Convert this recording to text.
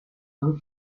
from